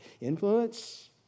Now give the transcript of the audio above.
Influence